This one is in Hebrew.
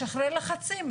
משחרר לחצים,